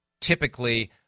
typically